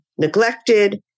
neglected